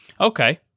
Okay